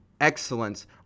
excellence